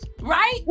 Right